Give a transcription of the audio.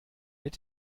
mit